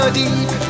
deep